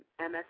MS